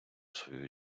свою